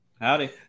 Howdy